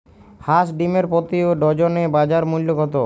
হাঁস ডিমের প্রতি ডজনে বাজার মূল্য কত?